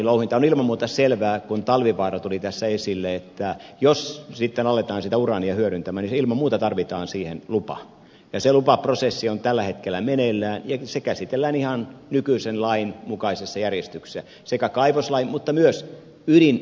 on ilman muuta selvää kun talvivaara tuli tässä esille että jos sitten aletaan sitä uraania hyödyntää niin ilman muuta tarvitaan siihen lupa ja se lupaprosessi on tällä hetkellä meneillään ja se käsitellään ihan nykyisen lain mukaisessa järjestyksessä sekä kaivoslain mutta myös ydinenergialain